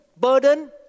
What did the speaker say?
burden